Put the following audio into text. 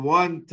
one